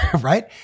right